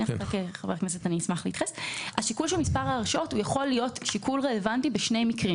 יכול להיות שיקול רלוונטי בשני מקרים: